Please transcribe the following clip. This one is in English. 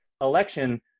election